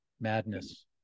madness